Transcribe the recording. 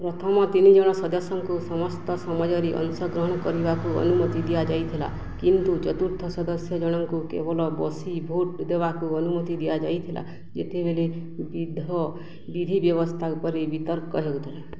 ପ୍ରଥମ ତିନି ଜଣ ସଦସ୍ୟଙ୍କୁ ସମସ୍ତ ସମୟରେ ଅଂଶଗ୍ରହଣ କରିବାକୁ ଅନୁମତି ଦିଆଯାଇଥିଲା କିନ୍ତୁ ଚତୁର୍ଥ ସଦସ୍ୟଜଣଙ୍କୁ କେବଳ ବସି ଭୋଟ୍ ଦେବାକୁ ଅନୁମତି ଦିଆଯାଇଥିଲା ଯେତେବେଳେ ବିଧିବ୍ୟବସ୍ଥା ଉପରେ ବିତର୍କ ହେଉଥିଲା